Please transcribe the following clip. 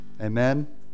Amen